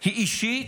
היא אישית,